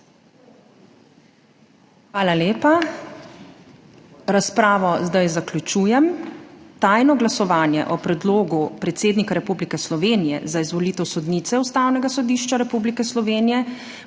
Hvala lepa. Razpravo zaključujem. Tajno glasovanje o predlogu predsednika Republike Slovenije za izvolitev sodnice Ustavnega sodišča Republike Slovenije